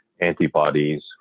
antibodies